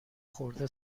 خورده